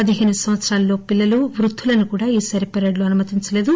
పదిహేను సంవత్సరాల లోపు పిల్లలు వృద్దులను కూడా ఈసారి పరేడ్ లో అనుమతించలేదు